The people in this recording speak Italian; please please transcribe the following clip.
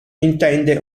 intende